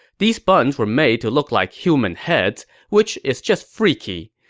these buns were made to look like human heads, which is just freaky.